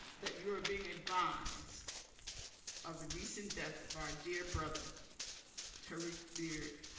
that you are being advised of the recent death of our dear brother derrick beard.